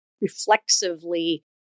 reflexively